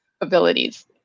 abilities